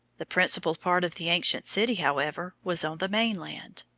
the principal part of the ancient city, however, was on the main land.